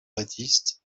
baptiste